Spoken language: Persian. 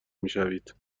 میشوید